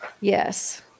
yes